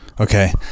Okay